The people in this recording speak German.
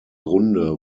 grunde